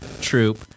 troop